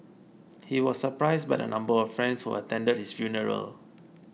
he was surprised by the number of friends who attended his funeral